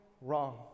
wrong